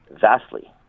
Vastly